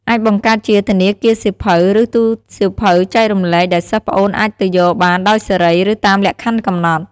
អាចបង្កើតជា ធនាគារសៀវភៅ ឬ ទូរសៀវភៅចែករំលែក ដែលសិស្សប្អូនអាចទៅយកបានដោយសេរី ឬតាមលក្ខខណ្ឌកំណត់។